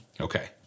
Okay